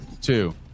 Two